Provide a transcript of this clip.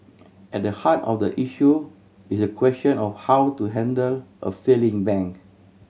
at the heart of the issue is the question of how to handle a failing bank